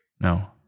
No